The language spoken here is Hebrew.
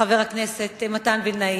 חבר הכנסת מתן וילנאי.